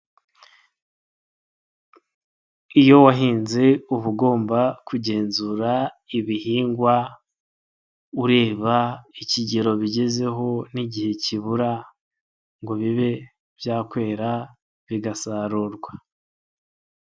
Iyo wahinze uba ugomba kugenzura ibihingwa ureba ikigero bigezeho n'igihe kibura ngo bibe byakwera bigasarurwa.